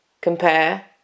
compare